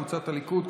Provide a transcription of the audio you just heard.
קבוצת סיעת הליכוד,